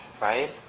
right